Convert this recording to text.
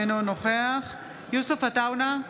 אינו נוכח יוסף עטאונה,